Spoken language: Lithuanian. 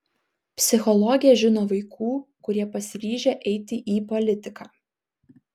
psichologė žino vaikų kurie pasiryžę eiti į politiką